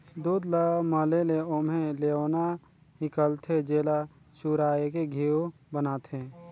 दूद ल मले ले ओम्हे लेवना हिकलथे, जेला चुरायके घींव बनाथे